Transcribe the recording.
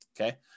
okay